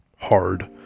hard